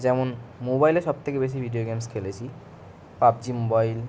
যেমন মোবাইলে সব থেকে বেশি ভিডিও গেমস খেলেছি পাবজি মোবাইল